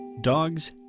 Dogs